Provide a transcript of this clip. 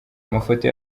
amafoto